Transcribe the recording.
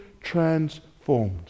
transformed